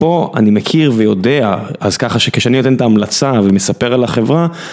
פה אני מכיר ויודע, אז ככה שכשאני נותן את ההמלצה ומספר על החברה